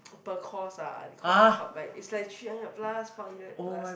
per course ah they count by club but it's like three hundred plus four hundred plus